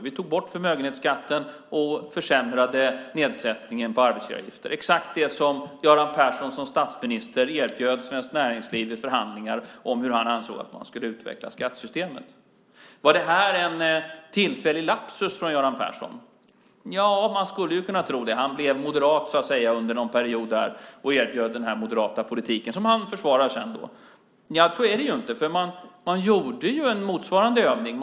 Vi tog bort förmögenhetsskatten och försämrade nedsättningen av arbetsgivaravgifter, exakt det som Göran Persson som statsminister erbjöd Svenskt Näringsliv i förhandlingar när det gällde hur han ansåg att man skulle utveckla skattesystemet. Var det här en tillfällig lapsus från Göran Persson? Man skulle ju kunna tro det, att han blev moderat, så att säga, under någon period och erbjöd den här moderata politiken som han sedan försvarar. Så är det ju inte. För man gjorde en motsvarande övning.